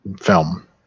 film